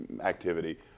activity